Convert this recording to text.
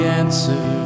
answer